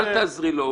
אל תעזרי לו.